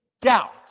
doubt